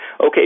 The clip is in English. okay